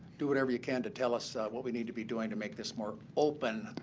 do whatever you can to tell us what we need to be doing to make this more open,